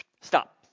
Stop